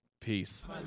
peace